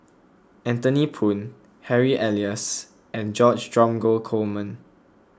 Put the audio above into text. Anthony Poon Harry Elias and George Dromgold Coleman